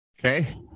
okay